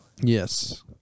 Yes